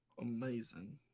amazing